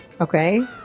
Okay